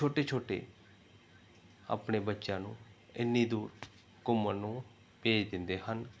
ਛੋਟੇ ਛੋਟੇ ਆਪਣੇ ਬੱਚਿਆਂ ਨੂੰ ਇੰਨੀ ਦੂਰ ਘੁੰਮਣ ਨੂੰ ਭੇਜ ਦਿੰਦੇ ਹਨ